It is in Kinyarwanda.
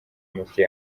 muti